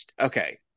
okay